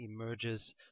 emerges